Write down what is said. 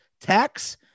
tax